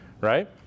right